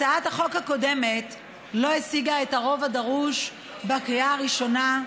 הצעת החוק הקודמת לא השיגה את הרוב הדרוש בקריאה הראשונה,